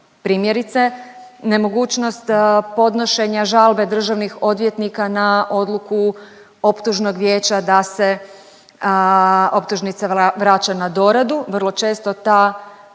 primjerice nemogućnost podnošenja žalbe državnih odvjetnika na odluku optužnog vijeća da se optužnica vraća na doradu. Vrlo često ta